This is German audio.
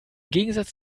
gegensatz